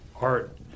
art